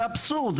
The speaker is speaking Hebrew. אבסורד,